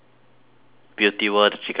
beauty world the chicken rice ah